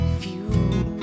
fuel